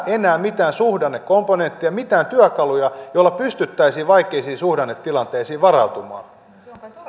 enää mitään suhdannekomponenttia mitään työkaluja joilla pystyttäisiin vaikeisiin suhdannetilanteisiin varautumaan vaan